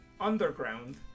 underground